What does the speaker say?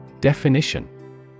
Definition